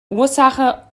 ursache